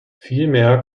vielmehr